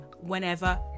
whenever